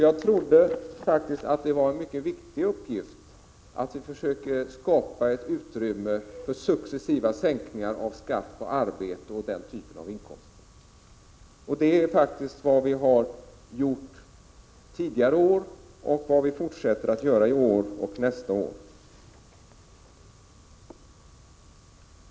Jag trodde faktiskt att det var en viktig uppgift att skapa ett utrymme för successiva sänkningar av skatt på arbete och liknande typer av inkomster. Det har vi gjort tidigare år, och det fortsätter vi med i år och nästa år.